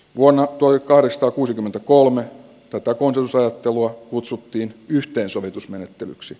vuonna tuli kahdesta kuusikymmentäkolme satakunta soittelua kutsuttiin yhteensovitusmenettelyksi